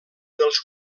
dels